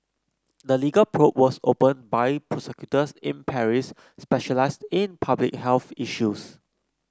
the legal probe was opened by prosecutors in Paris specialised in public health issues